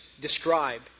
describe